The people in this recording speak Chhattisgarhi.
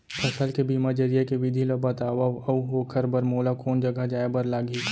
फसल के बीमा जरिए के विधि ला बतावव अऊ ओखर बर मोला कोन जगह जाए बर लागही?